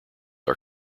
are